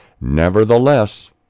Nevertheless